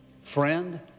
Friend